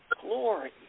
glory